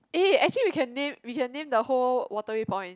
eh actually we can name we can name the whole Waterway Point